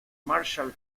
marshall